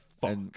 fuck